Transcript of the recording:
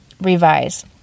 revise